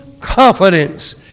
confidence